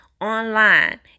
online